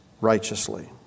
righteously